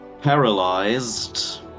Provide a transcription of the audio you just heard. paralyzed